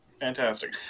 Fantastic